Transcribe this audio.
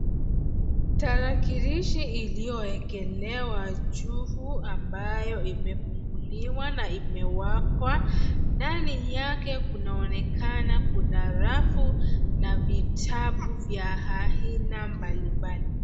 Tarakilishi iliyowekelewa juhu ambayo imefunguliwa na imewakwa ndani yake kuna onekana kuna rafu na vitabu vya aina mbali mbali.